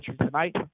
tonight